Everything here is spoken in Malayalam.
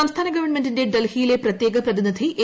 സംസ്ഥാന ഗവൺമെന്റിന്റെ ഡൽഹിയിലെ പ്രത്യേക പ്രതിനിധി എ